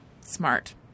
Smart